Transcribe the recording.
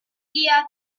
via